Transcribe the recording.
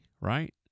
Right